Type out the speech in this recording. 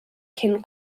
cyn